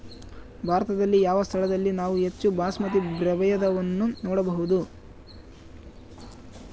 ಭಾರತದಲ್ಲಿ ಯಾವ ಸ್ಥಳದಲ್ಲಿ ನಾವು ಹೆಚ್ಚು ಬಾಸ್ಮತಿ ಪ್ರಭೇದವನ್ನು ನೋಡಬಹುದು?